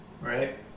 Right